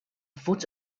foot